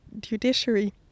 judiciary